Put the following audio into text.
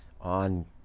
on